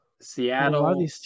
Seattle